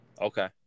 Okay